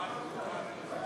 לתיקון